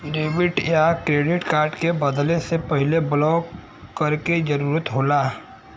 debit या credit card के बदले से पहले ब्लॉक करे क जरुरत होला